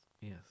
Yes